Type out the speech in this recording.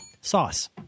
Sauce